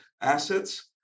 assets